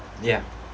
ya